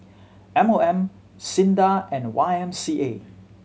M O M SINDA and Y M C A